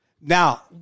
Now